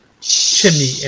chimney